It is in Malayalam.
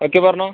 ഓക്കെ പറഞ്ഞോ